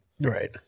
Right